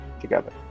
together